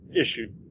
issue